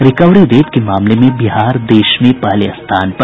recovery rate के मामले में बिहार देश में पहले स्थान पर